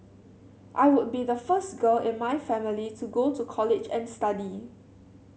I would be the first girl in my family to go to college and study